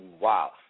Wow